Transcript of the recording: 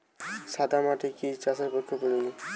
সাদা মাটি কি চাষের পক্ষে উপযোগী?